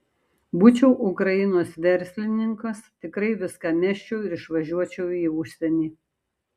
būčiau ukrainos verslininkas tikrai viską mesčiau ir išvažiuočiau į užsienį